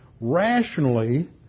rationally